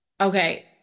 okay